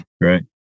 right